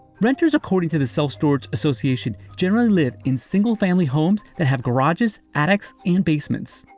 renters, according to the self-storage association, generally live in single-family homes that have garages, attics and basements.